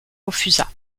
refusa